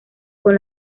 con